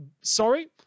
sorry